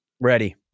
Ready